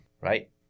right